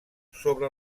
sobre